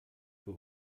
für